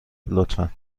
لطفا